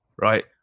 right